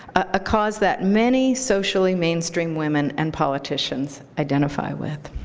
a cause that many socially mainstream women and politicians identify with.